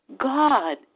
God